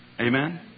Amen